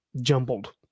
jumbled